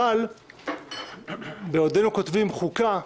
אבל בעודנו כותבים חוקה,